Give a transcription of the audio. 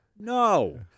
No